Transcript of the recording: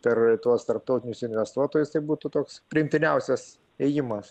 per tuos tarptautinius investuotojus tai būtų toks priimtiniausias ėjimas